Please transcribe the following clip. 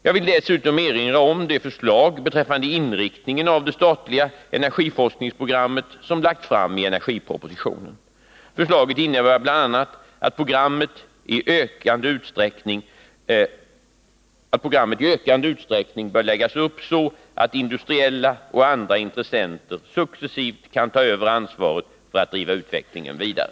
Jag vill dessutom erinra om de förslag beträffande inriktningen av det statliga energiforskningsprogrammet som lagts fram i energipropositionen. Förslaget innebär bl.a. att programmet i ökande utsträckning bör läggas upp så att industriella och andra intressenter successivt kan ta över ansvaret för att driva utvecklingen vidare.